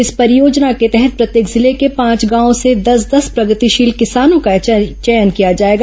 इस परियोजना के तहत प्रत्येक जिले के पांच गांवों से दस दस प्रगतिशील किसानों का चयन किया जाएगा